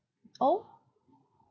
oh